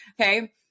Okay